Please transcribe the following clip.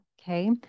Okay